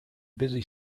busy